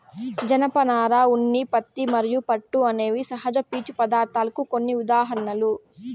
జనపనార, ఉన్ని, పత్తి మరియు పట్టు అనేవి సహజ పీచు పదార్ధాలకు కొన్ని ఉదాహరణలు